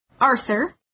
Arthur